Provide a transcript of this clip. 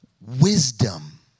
wisdom